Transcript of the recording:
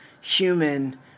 human